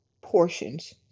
portions